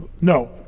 No